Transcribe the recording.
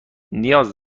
نیاز